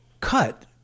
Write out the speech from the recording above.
cut